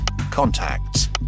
contacts